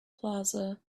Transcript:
plaza